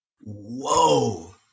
Whoa